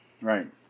Right